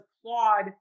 applaud